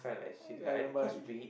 ah ya I remember I